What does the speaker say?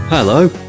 Hello